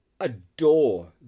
adore